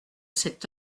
cet